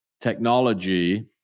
technology